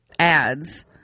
ads